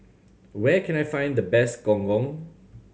where can I find the best Gong Gong